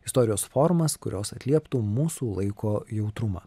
istorijos formas kurios atlieptų mūsų laiko jautrumą